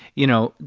you know,